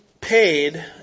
paid